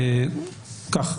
כך.